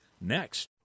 next